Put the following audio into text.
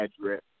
address